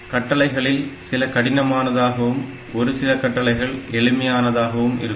கட்டளைகளில் சில கடினமானதாகவும் ஒரு சில கட்டளைகள் எளிமையானதாகவும் இருக்கும்